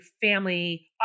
family